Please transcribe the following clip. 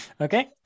Okay